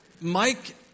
Mike